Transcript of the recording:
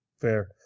Fair